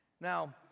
Now